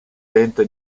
tenta